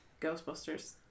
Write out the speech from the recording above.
Ghostbusters